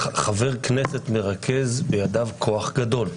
חבר כנסת מרכז בידיו כוח גדול.